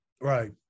Right